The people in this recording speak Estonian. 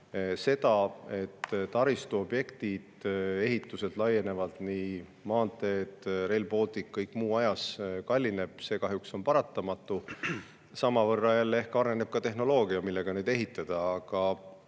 See, et taristuobjektid, ehitused laienevad, maanteed, Rail Baltic, kõik muu ajas kallineb, on kahjuks paratamatu. Samavõrra jälle ehk areneb ka tehnoloogia, millega neid ehitada. Aga